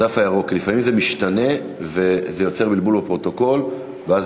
לפעמים זה משתנה ויוצר בלבול בפרוטוקול ואז